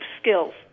skills